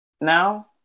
now